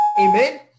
Amen